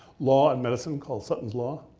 law in medicine called sutton's law,